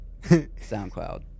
SoundCloud